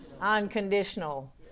Unconditional